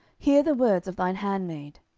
hear the words of thine handmaid.